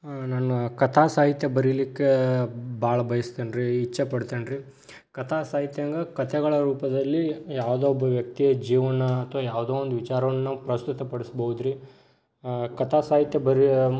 ನಾನು ಕಥಾ ಸಾಹಿತ್ಯ ಬರೀಲಿಕ್ಕೆ ಭಾಳ ಬಯಸ್ತೇನೆ ರೀ ಇಚ್ಛೆ ಪಡ್ತೇನೆ ರೀ ಕಥಾ ಸಾಹಿತ್ಯಂಗೆ ಕಥೆಗಳ ರೂಪದಲ್ಲಿ ಯಾವುದೋ ಒಬ್ಬ ವ್ಯಕ್ತಿಯ ಜೀವನ ಅಥವಾ ಯಾವುದೋ ಒಂದು ವಿಚಾರವನ್ನು ನಾವು ಪ್ರಸ್ತುತ ಪಡಿಸಬೋದು ರೀ ಕಥಾ ಸಾಹಿತ್ಯ ಬರೀ